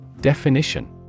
Definition